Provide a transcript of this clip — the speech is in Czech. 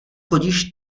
chodíš